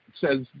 Says